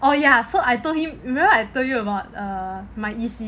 oh ya so I told him remember I told you about my ex